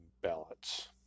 ballots